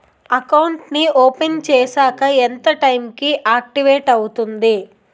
Account నీ open చేశాక ఎంత టైం కి ఆక్టివేట్ అవుతుంది?